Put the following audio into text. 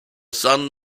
son